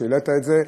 שהעלית את זה.